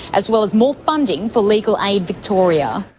as well as more funding for legal aid victoria.